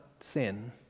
sin